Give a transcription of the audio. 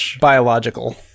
biological